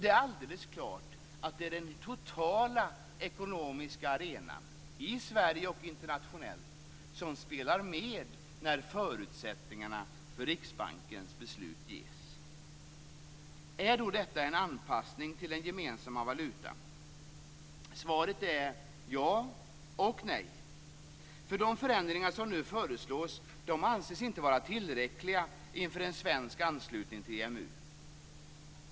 Det är alldeles klart att det är den totala ekonomiska arenan i Sverige och internationellt som spelar med när förutsättningarna för Riksbankens beslut ges. Är då detta en anpassning till den gemensamma valutan? Svaret är ja och nej. De förändringar som nu föreslås anses inte vara tillräckliga inför en svensk anslutning till EMU.